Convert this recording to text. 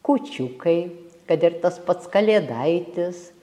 kūčiukai kad ir tas pats kalėdaitis